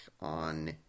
on